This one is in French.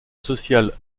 social